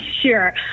Sure